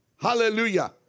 Hallelujah